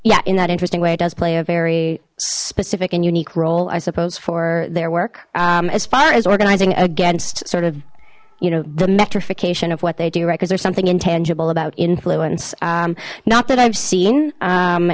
yeah in that interesting way it does play a very specific and unique role i suppose for their work as far as organizing against sort of you know the metra fication of what they do records there's something intangible about influence not that i've seen